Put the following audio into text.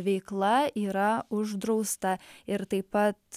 veikla yra uždrausta ir taip pat